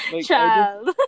Child